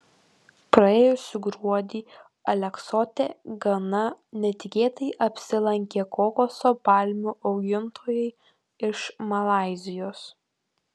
praėjusį gruodį aleksote gana netikėtai apsilankė kokoso palmių augintojai iš malaizijos